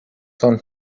son